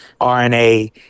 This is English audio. RNA